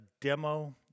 demo